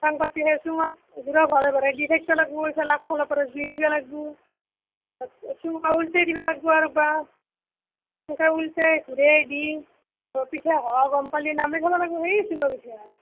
চাঙ পাতিলে চুঙাত গুড়া ভৰাই ভৰাই দি থাকিব লাগিব ইফালে একফালৰ পৰা জুই দিব লাগিব পাছত চুঙা ওলটাই দিব লাগিব আৰু বাহ এনেকে ওলটাই ঘূৰাই দি পিঠা হোৱা গম পালি নমাই থ'ব লাগিব সেয়ে চুঙা পিঠা আৰু